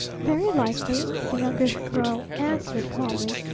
very likely, the youngish girl answered calmly.